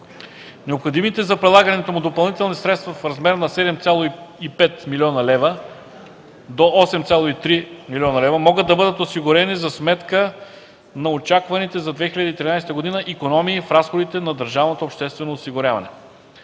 Необходимите за прилагането му допълнителни средства в размер на 7,5 млн. лв. до 8,3 млн. лв. могат да бъдат осигурени за сметка на очакваните за 2013 г. икономии в разходите на държавното обществено осигуряване.